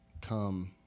Come